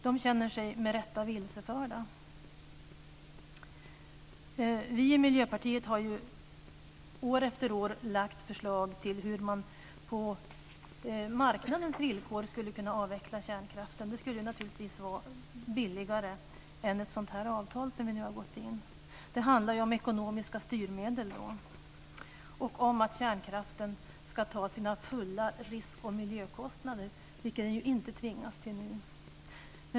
De känner sig, med rätta, vilseförda. Vi i Miljöpartiet har år efter år lagt fram förslag till hur man på marknadens villkor skulle kunna avveckla kärnkraften. Det skulle naturligtvis vara billigare än ett sådant här avtal som vi nu ingått. Det handlar om ekonomiska styrmedel och om att kärnkraften ska ta sina fulla risk och miljökostnader, vilket den inte tvingas till nu.